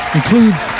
includes